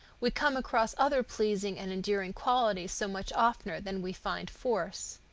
we come across other pleasing and endearing qualities so much oftener than we find force.